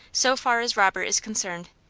so far as robert is concerned.